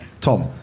Tom